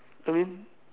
I mean